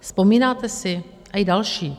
Vzpomínáte si i na další?